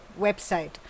website